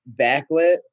backlit